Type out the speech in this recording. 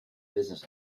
business